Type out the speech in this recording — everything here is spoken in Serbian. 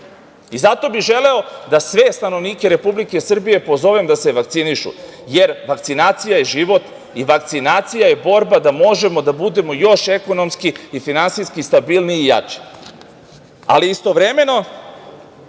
i zato bih želeo da sve stanovnike Republike Srbije pozovem da se vakcinišu, jer vakcinacija je život i vakcinacija je borba da možemo da budemo još ekonomski i finansijski stabilniji i jači. Istovremeno,